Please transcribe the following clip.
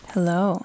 Hello